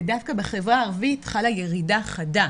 ודווקא בחברה הערבית חלה ירידה חדה.